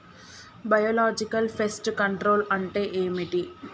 Biological pest control అంటే ఏమిటి?